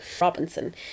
Robinson